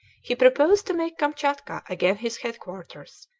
he proposed to make kamtchatka again his headquarters,